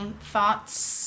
thoughts